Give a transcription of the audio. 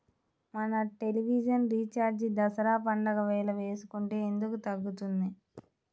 మన television recharge Dasara పండగ వేళ వేసుకుంటే ఎందుకు తగ్గుతుంది?